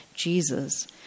Jesus